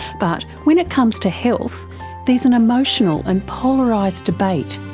but when it comes to health there's an emotional and polarised debate,